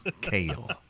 kale